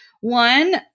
One